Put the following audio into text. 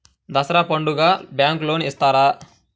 దసరా పండుగ bank loan ఇస్తారా?